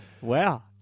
Wow